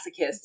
masochist